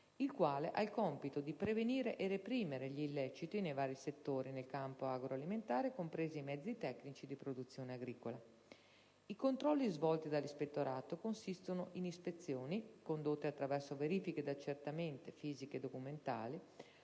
il quale ha il compito di prevenire e reprimere gli illeciti nei vari settori nel campo agroalimentare, compresi i mezzi tecnici di produzione agricola. I controlli svolti dall'Ispettorato consistono in ispezioni (condotte attraverso verifiche ed accertamenti, fisici e documentali)